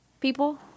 people